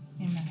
Amen